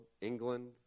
England